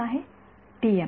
विद्यार्थीः टीएम